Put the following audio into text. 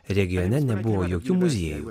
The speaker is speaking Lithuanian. regione nebuvo jokių muziejų